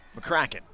McCracken